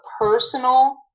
personal